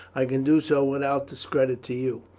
i could do so without discredit to you.